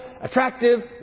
attractive